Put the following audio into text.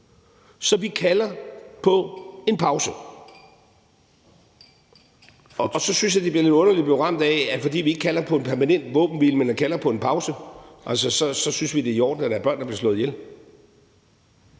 Så vi kalder på en pause. Og så synes jeg, det er lidt underligt at blive ramt af, at fordi vi ikke kalder på en permanent våbenhvile, men kalder på en pause, så synes vi, at det er i orden, at der er børn, der bliver slået ihjel.